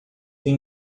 tem